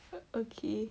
okay